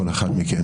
כל אחד מחד מכם,